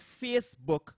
Facebook